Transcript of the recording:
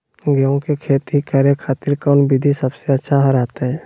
गेहूं के खेती करे खातिर कौन विधि सबसे अच्छा रहतय?